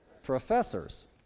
professors